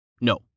No